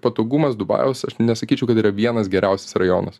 patogumas dubajaus aš nesakyčiau kad yra vienas geriausias rajonas